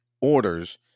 orders